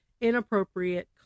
inappropriate